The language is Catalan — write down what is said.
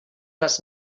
les